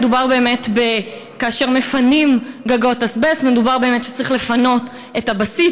אבל כאשר מפנים גגות אזבסט צריך לפנות את הבסיס,